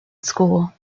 school